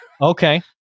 Okay